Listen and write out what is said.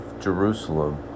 Jerusalem